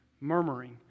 murmuring